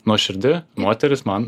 nuoširdi moteris man